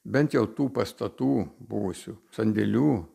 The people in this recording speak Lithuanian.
bent jau tų pastatų buvusių sandėlių